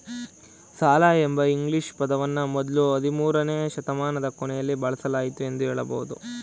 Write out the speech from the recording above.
ಸಾಲ ಎಂಬ ಇಂಗ್ಲಿಷ್ ಪದವನ್ನ ಮೊದ್ಲು ಹದಿಮೂರುನೇ ಶತಮಾನದ ಕೊನೆಯಲ್ಲಿ ಬಳಸಲಾಯಿತು ಎಂದು ಹೇಳಬಹುದು